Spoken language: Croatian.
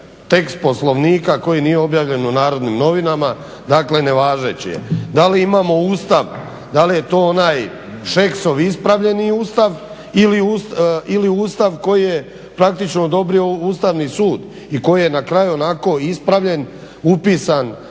tekst Poslovnika koji nije objavljen u Narodnim Novinama, dakle nevažeći je. Da li imamo Ustav, da li je to onaj Šeksov ispravljeni Ustav ili Ustav koji je praktički odobrio Ustavni sud i koji je na kraju onako ispravljen upisan